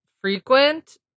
frequent